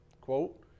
Quote